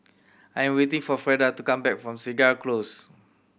I'm waiting for Freda to come back from Segar Close